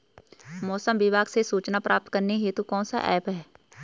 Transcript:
मौसम विभाग से सूचना प्राप्त करने हेतु कौन सा ऐप है?